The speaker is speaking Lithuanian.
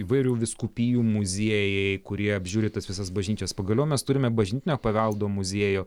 įvairių vyskupijų muziejai kurie apžiūri tas visas bažnyčias pagaliau mes turime bažnytinio paveldo muziejų